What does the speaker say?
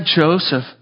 Joseph